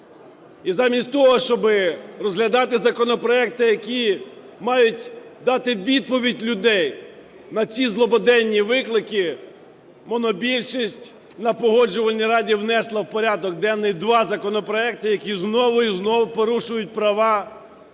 І замість того, щоб розглядати законопроекти, які мають дати відповіді людям на ці злободенні виклики, монобільшість на Погоджувальній раді внесла два законопроекти, які знову і знову порушують права